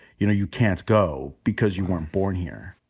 you know, you can't go because you weren't born here.